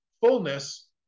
fullness